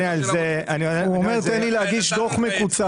הוא אומר: תן לי להגיש דו"ח מקוצר.